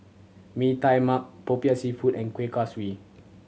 Mee Tai Mak Popiah Seafood and Kueh Kaswi